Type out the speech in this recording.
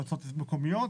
מועצות מקומיות,